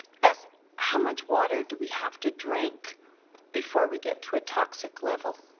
as how much water do we have to drink before we get to a toxic level?